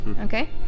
Okay